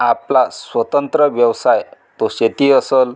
आपला स्वतंत्र व्यवसाय तो शेती असल